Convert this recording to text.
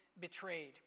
betrayed